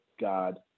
God